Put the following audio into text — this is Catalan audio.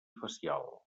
facial